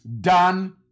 done